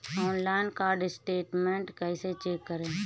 Online card statement कैसे check करें?